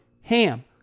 HAM